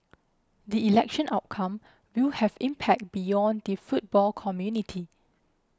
the election outcome will have impact beyond the football community